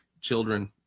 children